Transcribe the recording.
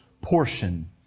portion